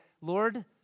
Lord